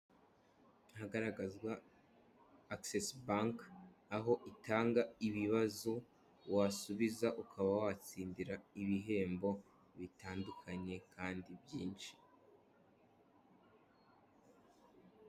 Hagaragazwa akisesi banki aho itanga ibibazo wasubiza ukaba watsindira ibihembo bitandukanye kandi byinshi.